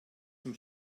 zum